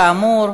כאמור,